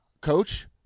Coach